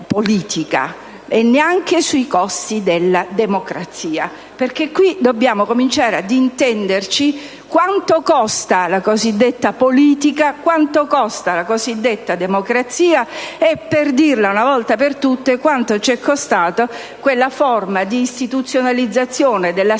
e neanche sui costi della democrazia. Qui dobbiamo cominciare ad intenderci su quanto costa la cosiddetta politica e quanto costa la cosiddetta democrazia e, per dirla una volta per tutte, quanto ci è costata quella forma di istituzionalizzazione dell'assemblearismo